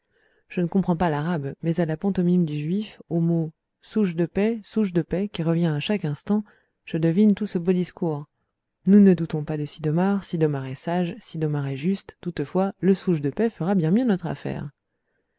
je ne comprends pas l'arabe mais à la pantomime du juif au mot zouge de paix zouge de paix qui revient à chaque instant je devine tout ce beau discours nous ne doutons pas de sid'omar sid'omar est sage sid'omar est juste toutefois le zouge de paix fera bien mieux notre affaire